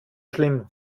schlimm